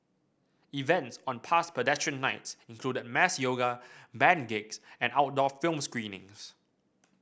events on past Pedestrian Nights included mass yoga band gigs and outdoor film screenings